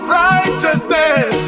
righteousness